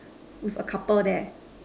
with a couple there